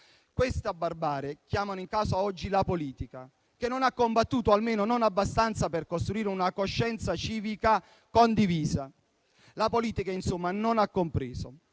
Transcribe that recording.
questa barbarie chiama in causa la politica che non ha combattuto, almeno non abbastanza, per costruire una coscienza civica condivisa. La politica, insomma, non ha compreso